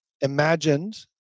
imagined